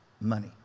money